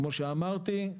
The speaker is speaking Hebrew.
כפי שאמרתי,